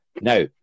Now